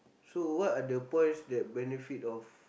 so what are the points that benefit of